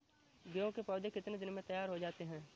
गेहूँ के पौधे कितने दिन में तैयार हो जाते हैं?